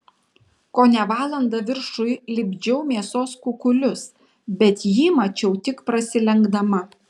kone valandą viršuj lipdžiau mėsos kukulius bet jį mačiau tik prasilenkdama